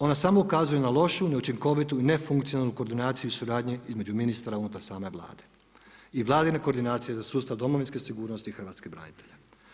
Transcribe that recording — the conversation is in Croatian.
Ona samo ukazuje na lošu, neučinkovitu i nefunkcionalnu koordinaciju suradnje između ministara unutar same Vlade i vladine Koordinacije za sustav domovinske sigurnosti hrvatskih branitelja.